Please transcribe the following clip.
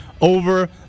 over